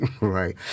right